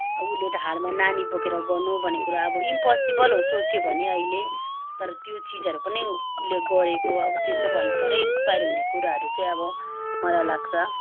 अब उसले ढाडमा नानी बोकेर गर्नु भन्ने कुरा अब इम्पोसिबल हो सोच्यो भने अहिले तर त्यो चिजहरू पनि उसले गरेको अब त्यो चाहिँ भयङ्करै इन्सपायर हुने कुराहरू चाहिँ अब मलाई लाग्छ